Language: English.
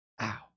Ow